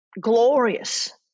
glorious